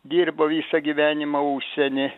dirbo visą gyvenimą užsieny